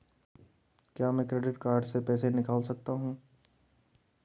क्या मैं credit card से पैसे निकाल सकता हूँ?